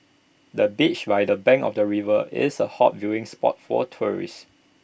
the bench by the bank of the river is A hot viewing spot for tourists